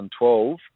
2012